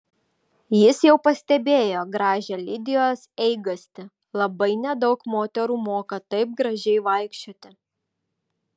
jis jau pastebėjo gražią lidijos eigastį labai nedaug moterų moka taip gražiai vaikščioti